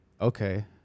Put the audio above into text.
Okay